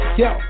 yo